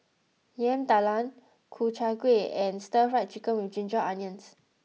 Yam Talam Ku Chai Kueh and Stir Fried Chicken with Ginger Onions